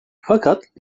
fakat